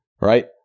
right